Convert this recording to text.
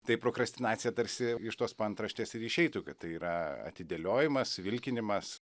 tai prokrastinacija tarsi iš tos paantraštės ir išeitų kad tai yra atidėliojimas vilkinimas